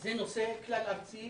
זה נושא כלל ארצי